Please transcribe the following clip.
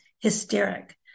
hysteric